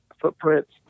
footprints